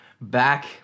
back